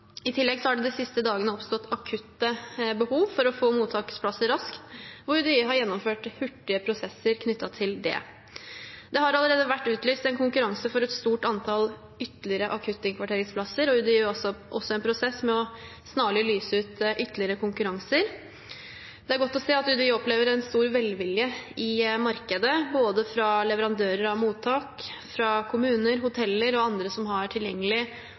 I tillegg har det de siste dagene oppstått akutte behov for å få mottaksplasser raskt, og UDI har gjennomført hurtige prosesser knyttet til det. Det har allerede vært utlyst en konkurranse for et stort antall ytterligere akuttinnkvarteringsplasser, og UDI er også i en prosess med snarlig å lyse ut ytterligere konkurranser. Det er godt å se at UDI opplever en stor velvilje i markedet, fra både leverandører av mottak, kommuner, hoteller og andre som har tilgjengelig